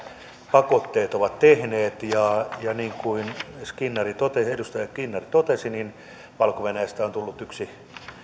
pakotteet ovat tehneet ja ja niin kuin edustaja skinnari totesi valko venäjästä on tullut yksi